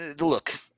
Look